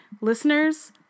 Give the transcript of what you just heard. Listeners